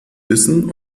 wissen